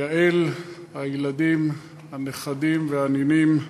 יעל, הילדים, הנכדים והנינים,